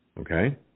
Okay